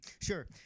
sure